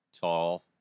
tall